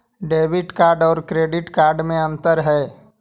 Debit card और credit card में अन्तर है?